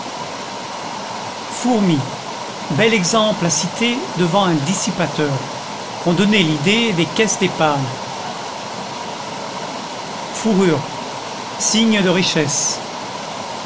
fourmis bel exemple à citer devant un dissipateur ont donné l'idée des caisses d'épargne fourrure signe de richesse